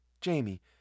Jamie